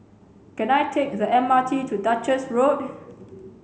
can I take the M R T to Duchess Road